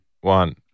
one